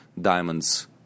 diamonds